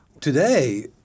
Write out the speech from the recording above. Today